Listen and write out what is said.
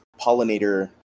pollinator